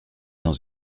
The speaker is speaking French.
dans